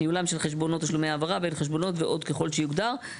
ניהולם של חשבונות תשלומי העברה בין חשבונות ועוד ככל שיוגדר,